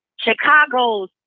Chicago's